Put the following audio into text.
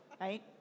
right